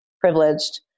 privileged